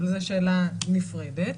אבל זו שאלה נפרדת.